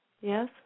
Yes